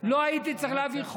לא הייתי צריך להעביר חוק,